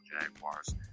Jaguars